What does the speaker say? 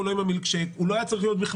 או לא עם המילקשייק,